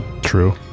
True